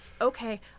Okay